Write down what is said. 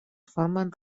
formen